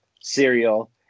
cereal